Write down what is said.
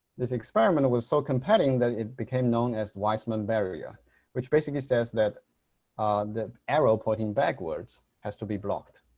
this experiment was so compelling that it became known as weissman barrier which basically says that the arrow pointing backwards has to be blocked.